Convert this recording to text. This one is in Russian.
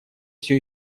все